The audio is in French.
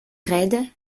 raide